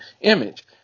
image